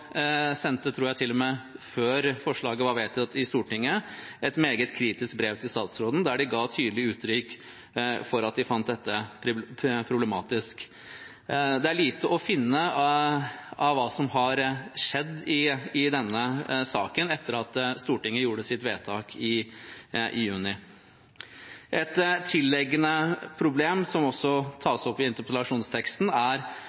sendte et meget kritisk brev – til og med før forslaget var vedtatt i Stortinget, tror jeg – til statsråden, der de ga tydelig utrykk for at de fant dette problematisk. Det er lite å finne om hva som har skjedd i denne saken etter at Stortinget gjorde sitt vedtak i juni. Et tilliggende problem, som også tas opp i interpellasjonsteksten, er